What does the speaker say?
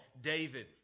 David